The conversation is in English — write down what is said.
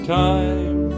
time